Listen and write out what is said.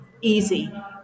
easy